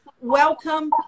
welcome